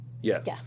Yes